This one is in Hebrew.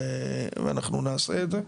ואנחנו נעשה את זה.